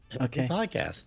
Okay